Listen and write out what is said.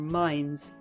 minds